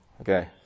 Okay